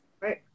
Right